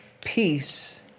peace